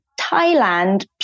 Thailand